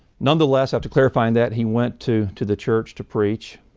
nonetheless after clarifying that he went to to the church to preach,